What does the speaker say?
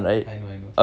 I know I know